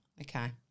okay